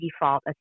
default